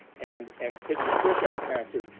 and and kick the tear gas canisters,